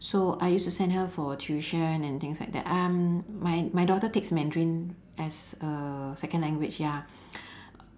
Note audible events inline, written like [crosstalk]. so I used to send her for tuition and things like that um my my daughter takes mandarin as a second language ya [breath]